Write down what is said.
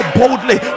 boldly